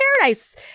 Paradise